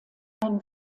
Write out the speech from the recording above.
einen